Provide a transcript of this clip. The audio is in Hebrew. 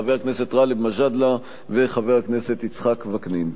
חבר הכנסת גאלב מג'אדלה וחבר הכנסת יצחק וקנין.